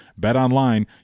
BetOnline